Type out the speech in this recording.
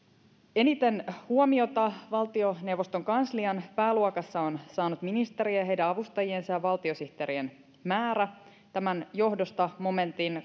eniten huomiota valtioneuvoston kanslian pääluokassa on saanut ministerien ja heidän avustajiensa ja valtiosihteerien määrä tämän johdosta momentin